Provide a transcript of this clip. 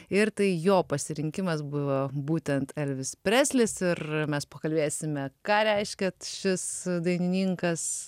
ir tai jo pasirinkimas buvo būtent elvis preslis ir mes pakalbėsime ką reiškia šis dainininkas